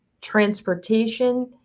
transportation